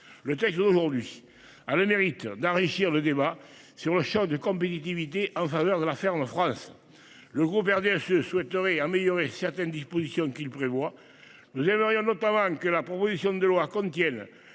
Le texte aujourd'hui. A le mérite d'enrichir le débat sur le Champ de compétitivité en faveur de la ferme France. Le groupe RDSE souhaiterait améliorer certaines dispositions qu'qui prévoit, nous aimerions notamment que la proposition de loi contiennent